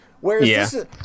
Whereas